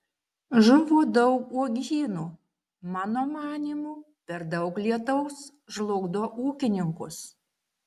žuvo daug uogynų mano manymu per daug lietaus žlugdo ūkininkus